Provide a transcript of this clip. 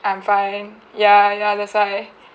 I'm fine ya ya that's why